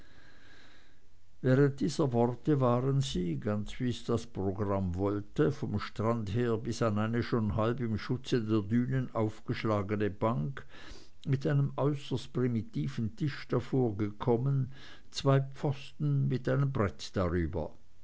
während dieser worte waren sie ganz wie's das programm wollte vom strand her bis an eine schon halb im schutz der dünen aufgeschlagene bank mit einem äußerst primitiven tisch davor gekommen zwei pfosten mit einem brett darüber